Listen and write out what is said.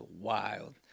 wild